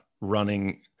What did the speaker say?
running